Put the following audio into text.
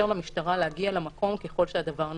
למשטרה להגיע למקום ככל שהדבר נחוץ.